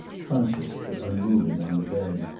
conscious but unmoving, on the bed.